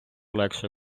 легше